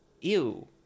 ew